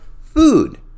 food